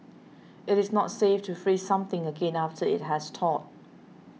it is not safe to freeze something again after it has thawed